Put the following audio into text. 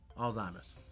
Alzheimer's